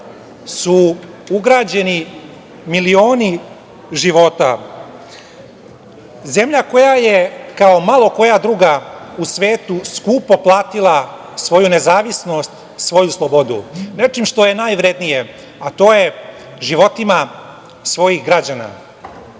su ugrađeni milioni života. Zemlja koja je kao malo koja druga u svetu skupo platila svoju nezavisnost, svoju slobodu nečim što je najvrednije, a to je životima svojih građana. Tim